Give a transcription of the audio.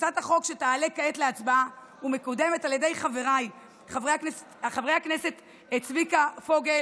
הצעת החוק שתעלה כעת להצבעה ומקודמת על ידי חבריי חברי הכנסת צביקה פוגל